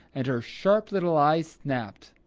and her sharp little eyes snapped.